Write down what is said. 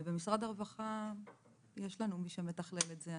במשרד הרווחה יש לנו מי שמתכלל את זה.